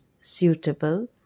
suitable